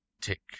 tick